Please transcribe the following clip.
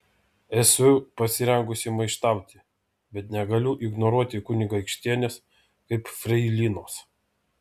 esu pasirengusi maištauti bet negaliu ignoruoti kunigaikštienės kaip freilinos